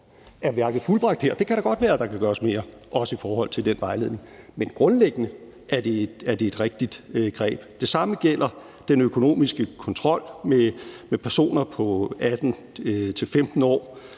Er værket fuldbragt her? Det kan da godt være, at der kan gøres mere, også i forhold til den vejledning, men grundlæggende er det et rigtigt greb. Det samme gælder den økonomiske kontrol med personer på 18-25 år.